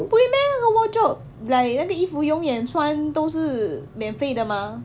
不会 meh 那个 wardrobe like 那个衣服永远穿都是免费的吗